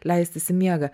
leistis į miegą